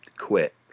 Quit